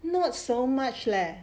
not so much leh